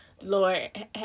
Lord